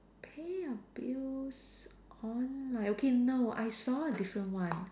pay your bills online okay no I saw a different one